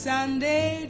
Sunday